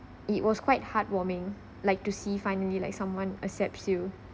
it was quite heartwarming like to see finally like someone accepts you